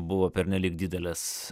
buvo pernelyg didelės